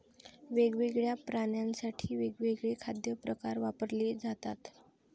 वेगवेगळ्या प्राण्यांसाठी वेगवेगळे खाद्य प्रकार वापरले जातात